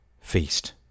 feast